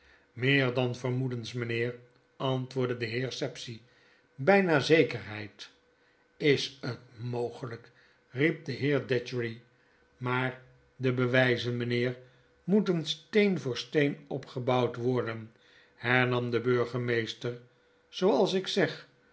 meer dan vermoedens mynheer antwoordde de heer sapsea byna zekerheid is het mogelyk riep de heer datchery maar de bewyzen meneer moeten steen voor steen opgebouwd worden hernam de burgemeester zooals ik zeg